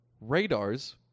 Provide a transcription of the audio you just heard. radars